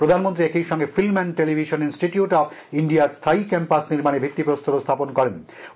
প্রধানমন্ত্রী একই সঙ্গে Film and Television Institute of India র স্থায়ী ক্যাম্পাস নির্মানে ভিত্তিপ্রস্তরও স্হাপন করেন প্রধানমন্ত্রী